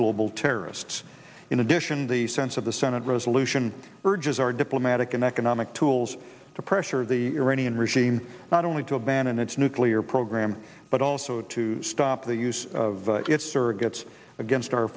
global terrorists in addition the sense of the senate resolution urges our diplomatic and economic tools to pressure the iranian regime not only to abandon its nuclear program but also to stop the use of its surrogates against our